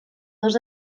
dos